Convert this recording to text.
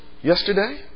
yesterday